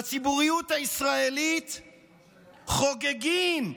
בציבוריות הישראלית חוגגים,